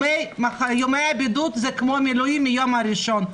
ימי הבידוד זה כמו מילואים מהיום הראשון.